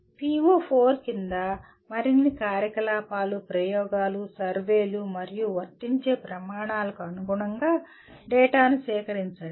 PO4 కింద మరిన్ని కార్యకలాపాలు ప్రయోగాలు సర్వేలు మరియు వర్తించే ప్రమాణాలకు అనుగుణంగా డేటాను సేకరించండి